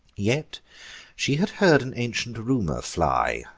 yet she had heard an ancient rumor fly,